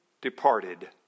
departed